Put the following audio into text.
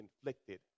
inflicted